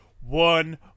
one